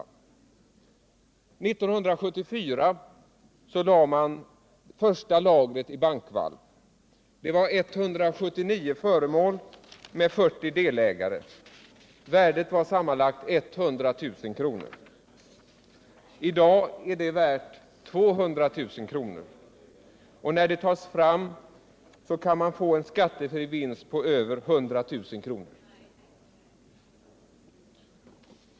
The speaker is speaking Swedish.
År 1974 lade man det första lagret i bankvalv. Det var 179 föremål med 40 delägare. Värdet var sammanlagt 100 000 kr. I dag är värdet 200 000 kr. När det tas fram kommer man att få en skattefri vinst på över 100 000 kr.